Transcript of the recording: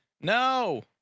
No